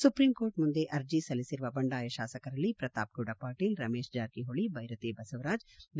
supreme court ಮುಂದೆ ಆರ್ಜಿ ಸಲ್ಲಿಸಿರುವ ಬಂಡಾಯ ಶಾಸಕರಲ್ಲಿ ಪ್ರತಾಪ್ ಗೌಡ ಪಾಟೀಲ್ ರಮೇಶ್ ಜಾರಕಿಹೊಳಿ ಬೈರತಿ ಬಸವರಾಜ್ ಬಿ